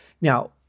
Now